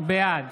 בעד